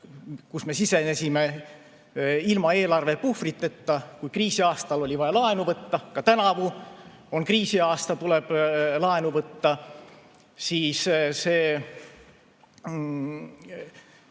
me sisenesime ilma eelarvepuhvriteta, kriisiaastal oli vaja laenu võtta. Ka tänavu on kriisiaasta ja tuleb laenu võtta ning see